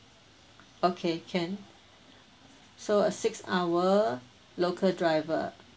okay can so a six hour local driver